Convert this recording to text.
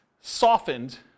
softened